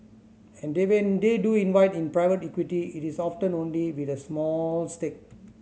and they when they do invite in private equity it is often only with a small stake